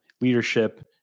leadership